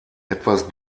etwas